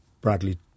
Bradley